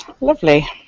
Lovely